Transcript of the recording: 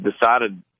decided